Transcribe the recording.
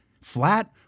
Flat